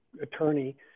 attorney